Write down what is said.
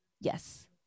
Yes